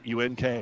UNK